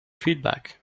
feedback